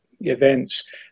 events